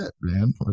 man